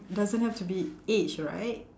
doesn't have to be age right